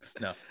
No